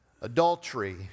adultery